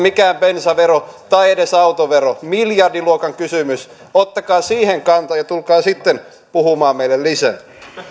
mikään bensavero tai edes autovero miljardiluokan kysymys ottakaa siihen kantaa ja tulkaa sitten puhumaan meille lisää